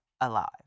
alive